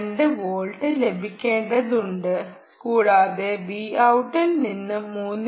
2 volt ലഭിക്കേണ്ടതുണ്ട് കൂടാതെ Vout ട്ടിൽ നിന്നും 3